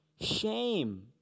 shame